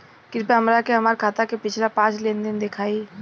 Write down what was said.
कृपया हमरा के हमार खाता के पिछला पांच लेनदेन देखाईं